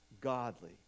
godly